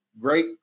great